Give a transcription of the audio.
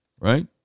Right